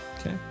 Okay